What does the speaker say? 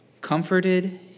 comforted